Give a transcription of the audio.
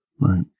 Right